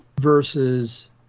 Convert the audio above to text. versus